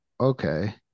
okay